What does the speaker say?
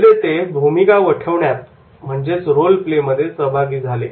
विक्रेते भूमिका वठविण्यात रोल प्ले मध्ये सहभागी झाले